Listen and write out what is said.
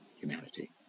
humanity